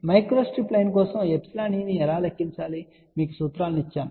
microstrip line కోసం ϵe ను ఎలా లెక్కించాలో మీకు సూత్రాలను ఇచ్చాము